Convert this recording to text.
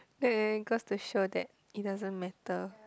then it goes to show that it doesn't matter